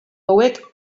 hauek